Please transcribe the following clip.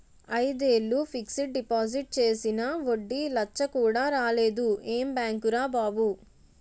ఐదేళ్ళు fixed deposit చేసినా వడ్డీ లచ్చ కూడా రాలేదు ఏం బాంకురా బాబూ